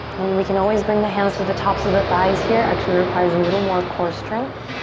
and then we can always bring the hands to the tops of the thighs here. actually requires a little more core strength.